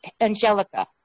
angelica